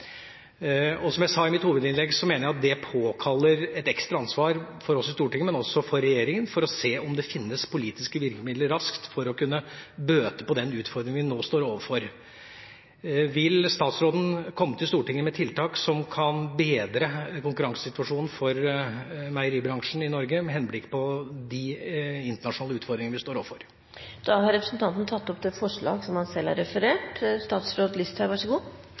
Som jeg sa i mitt hovedinnlegg, påkaller dette et ekstra ansvar for oss på Stortinget, men også for regjeringen, for å se om det finnes politiske virkemidler for raskt å kunne bøte på den utfordringa vi nå står overfor. Vil statsråden komme til Stortinget med tiltak som kan bedre konkurransesituasjonen for meieribransjen i Norge, med henblikk på de internasjonale utfordringene vi står overfor? Representanten Knut Storberget har tatt opp det forslaget han